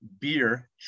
beer